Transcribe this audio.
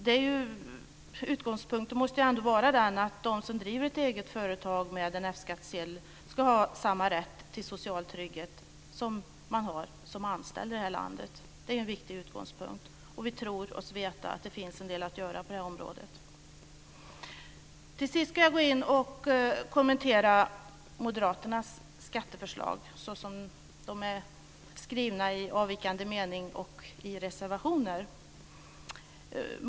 En viktig utgångspunkt måste vara att de som driver ett eget företag med F-skattsedel ska ha samma rätt till social trygghet som anställda har i vårt land. Vi tror oss veta att det finns en del att göra på det området. Till sist vill jag kommentera moderaterns skatteförslag som de är utformade i avvikande mening och i reservationer.